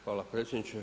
Hvala predsjedniče.